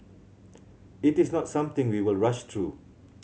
it is not something we will rush through